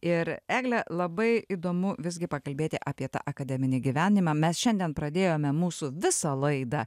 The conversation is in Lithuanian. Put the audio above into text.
ir egle labai įdomu visgi pakalbėti apie tą akademinį gyvenimą mes šiandien pradėjome mūsų visą laidą